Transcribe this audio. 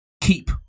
keep